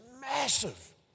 massive